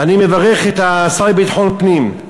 ואני מברך את השר לביטחון פנים,